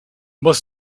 must